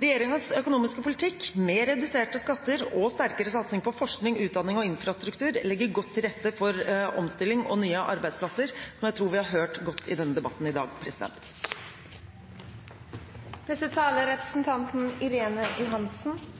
Regjeringens økonomiske politikk, med reduserte skatter og sterkere satsing på forskning, utdanning og infrastruktur, legger godt til rette for omstilling og nye arbeidsplasser, som jeg tror vi har hørt godt i denne debatten i dag. Jeg har registrert at representanten